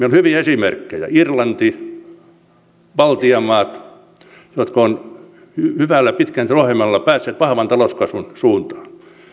on hyviä esimerkkejä irlanti baltian maat jotka ovat hyvällä pitkäjänteisellä ohjelmalla päässeet vahvan talouskasvun suuntaan